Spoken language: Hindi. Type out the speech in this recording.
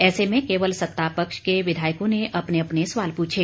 ऐसे में केवल सत्तापक्ष के विधायकों ने अपने अपने सवाल पूछे